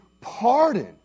pardon